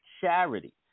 charity